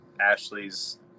ashley's